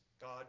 God